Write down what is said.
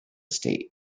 state